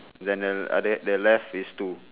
then the other the left is two